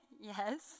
yes